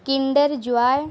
kinder joy